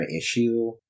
issue